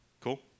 Cool